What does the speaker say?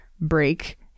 break